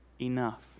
enough